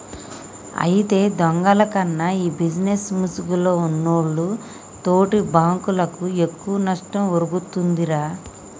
అయితే దొంగల కన్నా ఈ బిజినేస్ ముసుగులో ఉన్నోల్లు తోటి బాంకులకు ఎక్కువ నష్టం ఒరుగుతుందిరా